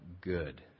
good